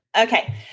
Okay